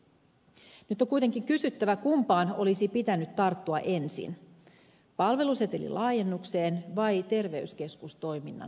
nyt on kuitenkin kysyttävä kumpaan olisi pitänyt tarttua ensin palvelusetelin laajennukseen vai terveyskeskustoiminnan kehittämiseen